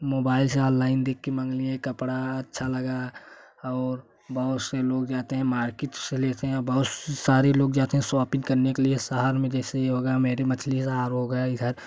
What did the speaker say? mobile से online दे कर मांग लिए कपड़ा अच्छा लगा और बहुत से लोग जाते हैं मार्केट से लेते हैं बहुत स सारे लोग सौपीन करने के लिए शहर में जैसे यह हो गया मेरे मछली जार हो गया इधर